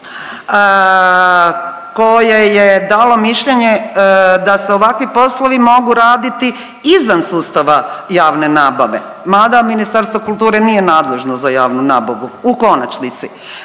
koje je dalo mišljenje da se ovakvi poslovi mogu raditi izvan sustava javne nabave mada Ministarstvo kulture nije nadležno za javnu nabavu. U konačnici,